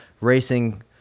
racing